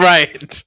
Right